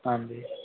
ਹਾਂਜੀ